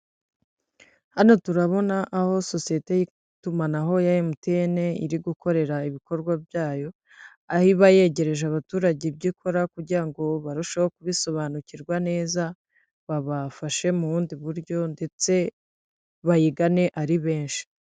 Hano turabona aho sosiyete y'itumanaho ya MTN iri gukorera ibikorwa byayo, aho iba yegereje abaturage ibyo ikora kugira ngo barusheho kubisobanukirwa neza, babafashe mu bundi buryo ndetse bayigane ari benshi.